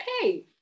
okay